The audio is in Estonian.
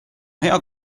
hea